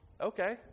Okay